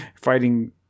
Fighting